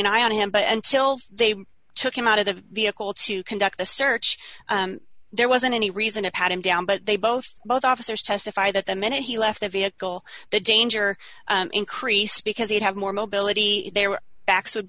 an eye on him but until they took him out of the vehicle to conduct the search there wasn't any reason it had him down but they both both officers testify that the minute he left the vehicle the danger increased because he'd have more mobility their backs would